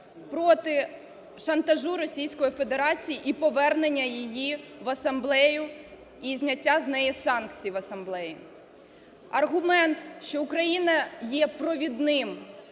Федерації і повернення її в асамблею, і зняття з неї санкцій в асамблеї. Аргумент, що Україна є провідним